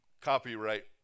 copyright